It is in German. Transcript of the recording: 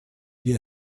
wir